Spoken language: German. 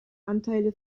anteile